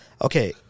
okay